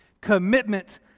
Commitment